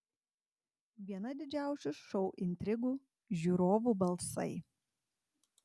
viena didžiausių šou intrigų žiūrovų balsai